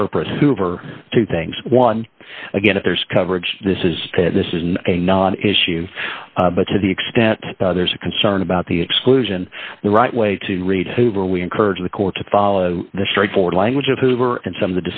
interpret hoover two things one again if there's coverage this is this isn't a non issue but to the extent there's a concern about the exclusion the right way to read hoover we encourage the court to follow the straightforward language of hoover and some of